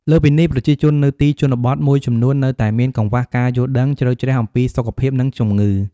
លើសពីនេះ ប្រជាជននៅទីជនបទមួយចំនួននៅតែមាន កង្វះការយល់ដឹង ជ្រៅជ្រះអំពីសុខភាព និងជំងឺ។